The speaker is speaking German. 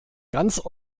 ganz